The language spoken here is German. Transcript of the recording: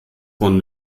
von